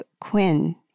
Quinn